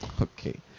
Okay